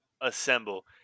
Assemble